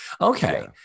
okay